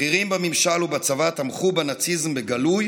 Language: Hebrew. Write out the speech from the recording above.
בכירים בממשל ובצבא תמכו בנאציזם בגלוי